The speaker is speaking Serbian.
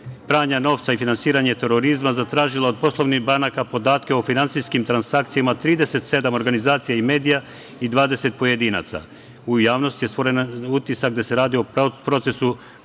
pranja novca i finansiranje terorizma zatražila od poslovnih banaka podatke o finansijskim transakcijama 37 organizacija i medija i 20 pojedinaca. U javnosti je stvoren utisak da se radi o procesu